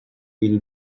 will